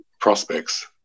prospects